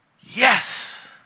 yes